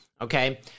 Okay